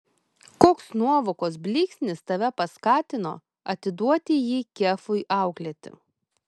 koks nuovokos blyksnis tave paskatino atiduoti jį kefui auklėti